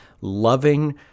loving